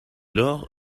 lors